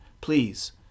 please